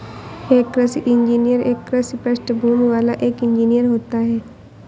एक कृषि इंजीनियर एक कृषि पृष्ठभूमि वाला एक इंजीनियर होता है